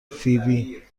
فیبی